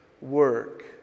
work